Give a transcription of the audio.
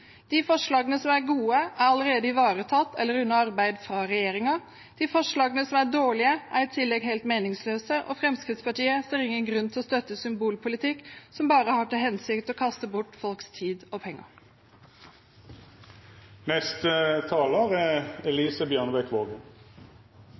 De forslagene som er gode, er allerede ivaretatt eller under arbeid av regjeringen. De forslagene som er dårlige, er i tillegg helt meningsløse, og Fremskrittspartiet ser ingen grunn til å støtte symbolpolitikk som bare har til hensikt å kaste bort folks tid og penger.